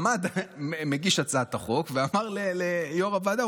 עמד מגיש הצעת החוק ואמר ליו"ר הוועדה,